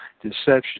deception